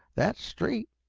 that's straight.